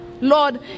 Lord